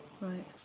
Right